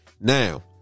Now